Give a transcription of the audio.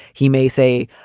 he may say,